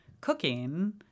cooking